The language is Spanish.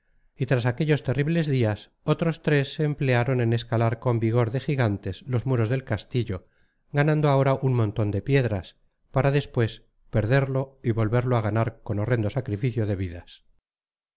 y tras aquellos terribles días otros tres se emplearon en escalar con vigor de gigantes los muros del castillo ganando ahora un montón de piedras para después perderlo y volverlo a ganar con horrendo sacrificio de vidas